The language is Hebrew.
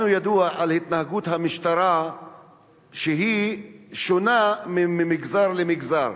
לנו ידוע על התנהגות המשטרה שמשתנה ממגזר למגזר.